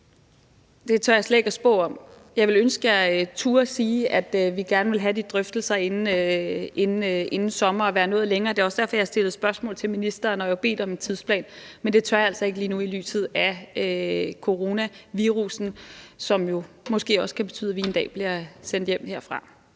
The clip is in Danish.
noget, jeg slet ikke tør spå om. Jeg ville ønske, jeg turde sige, at vi gerne vil have de drøftelser inden sommer og være nået længere – det er også derfor, jeg har stillet spørgsmål til ministeren og har bedt om en tidsplan – men det tør jeg altså ikke lige nu i lyset af coronavirussen, som jo måske også kan betyde, at vi en dag bliver sendt hjem herfra.